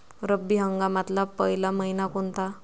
रब्बी हंगामातला पयला मइना कोनता?